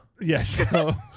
Yes